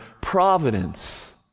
providence